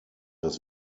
das